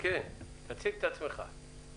שמי